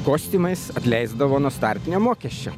kostiumais atleisdavo nuo startinio mokesčio